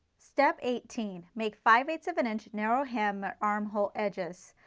step eighteen, make five eight ths of an inch narrow hem arm hole edges.